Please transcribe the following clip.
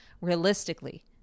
realistically